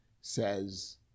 says